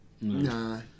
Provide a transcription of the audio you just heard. Nah